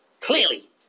clearly